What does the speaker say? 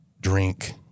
drink